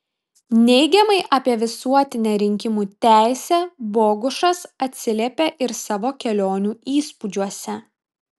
neigiamai apie visuotinę rinkimų teisę bogušas atsiliepė ir savo kelionių įspūdžiuose